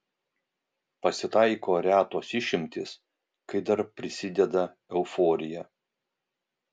pasitaiko retos išimtys kai dar prisideda euforija